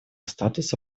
статута